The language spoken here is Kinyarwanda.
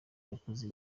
yakoze